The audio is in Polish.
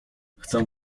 chcę